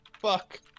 Fuck